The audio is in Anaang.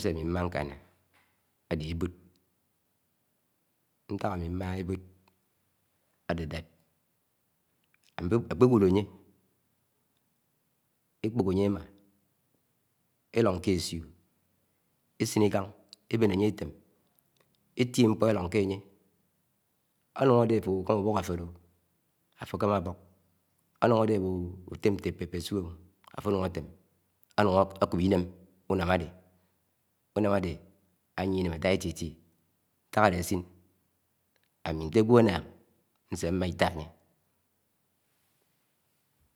Sẹ ámi mmá nkáná áde ebo̱d, ntak ami m̃maha ebo̱d áde ké akpewod, ánye e̱kpo̱k anye ema, elo̱n ke ẽsio̱ e̱si̱ṉ ikaṉ e̱be̱n eiñye etem ctim ñkpo̱ elo̱n ke anye ãnun a̱de, ãfo̱ ukama ubo̱k áféré-o áfo ákama abo̱k, anun ãde ãbu̱k ũkama utem unem ñtu̱eñ afo̱ anũn ãtẽm, anun ako̱p ínem u̱nám ade unám áde ãyie ine̱m ãta eti- eti, n̄ták áde ãsin ami ṉtéajwo̱ ánnáng ṉsé m̄ma ito ānye